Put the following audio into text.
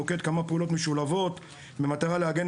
נוקט כמה פעולות משולבות במטרה להגן